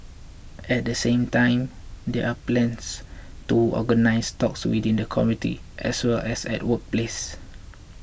at the same time there are plans to organise talks within the community as well as at workplace